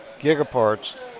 Gigaparts